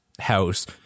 house